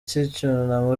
cy’icyunamo